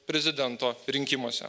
prezidento rinkimuose